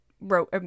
wrote